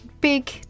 big